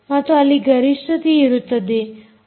ಮತ್ತು ಅಲ್ಲಿ ಗರಿಷ್ಠತೆಯಿರುತ್ತದೆ